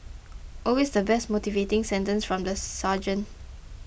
always the best motivating sentence from the sergeant